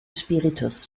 spiritus